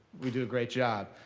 we do a great job.